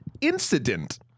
incident